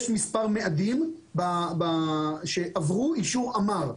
יש מספר מאדים שעברו אישור אמ"ר.